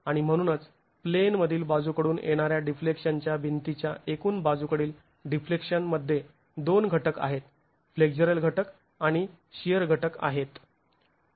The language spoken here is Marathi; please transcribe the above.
आणि म्हणूनच प्लेन मधील बाजूकडून येणाऱ्या डिफ्लेक्शनच्या भिंतीच्या एकूण बाजूकडील डिफ्लेक्शन मध्ये दोन घटक आहेत फ्लेक्झरल घटक आणि शिअर घटक आहेत